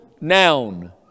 noun